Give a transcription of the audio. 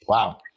Wow